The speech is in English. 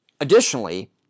Additionally